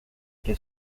que